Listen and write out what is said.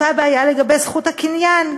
אותה בעיה לגבי זכות הקניין.